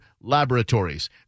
Laboratories